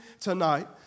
tonight